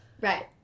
Right